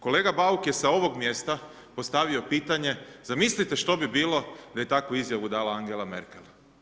Kolega Bauk je sa ovog mjesta postavio pitanje, zamislite što bi bilo da je takvu izjavu dala Angela Merkel?